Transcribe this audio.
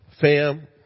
Fam